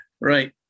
right